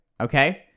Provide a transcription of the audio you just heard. Okay